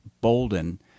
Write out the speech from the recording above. Bolden